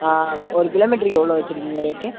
ஆ ஒரு கிலோமீட்டர்க்கு எவ்வளோ வச்சிருக்கீங்க ரேட்டு